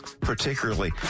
particularly